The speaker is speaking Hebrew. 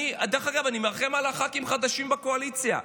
דרך אגב, אני מרחם על הח"כים החדשים בקואליציה.